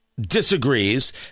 disagrees